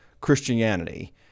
Christianity